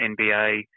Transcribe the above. NBA